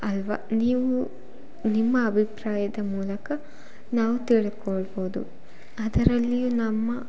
ಅಲ್ವಾ ನೀವು ನಿಮ್ಮ ಅಭಿಪ್ರಾಯದ ಮೂಲಕ ನಾವು ತಿಳ್ಕೊಳ್ಬೋದು ಅದರಲ್ಲಿಯೂ ನಮ್ಮ